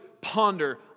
ponder